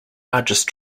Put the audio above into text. largest